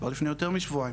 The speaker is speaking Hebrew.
לפני יותר משבועיים,